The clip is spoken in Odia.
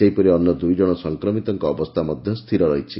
ସେହିପରି ଅନ୍ୟ ଦୁଇଜଣ ସଂକ୍ରମିତଙ୍କ ଅବସ୍ଛା ମଧ୍ଧ ସ୍ଛିର ରହିଛି